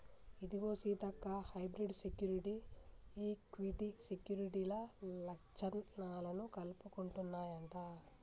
ఇదిగో సీతక్క hybrid security, equity సెక్యూరిటీల లచ్చణాలను కలుపుకుంటన్నాయంట